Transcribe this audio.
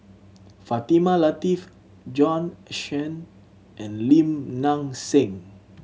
Fatimah Lateef Bjorn Shen and Lim Nang Seng